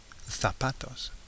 Zapatos